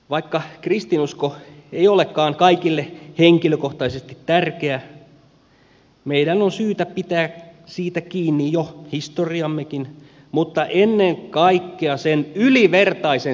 vaikka kristinusko ei olekaan kaikille henkilökohtaisesti tärkeä meidän on syytä pitää siitä kiinni jo historiammekin mutta ennen kaikkea sen ylivertaisen sisällön takia